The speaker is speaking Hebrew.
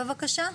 בבקשה.